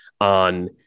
on